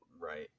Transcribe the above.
Right